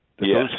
yes